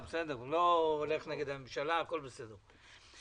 הוא לא הולך נגד הממשלה והכול בסדר.